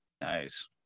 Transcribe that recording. Nice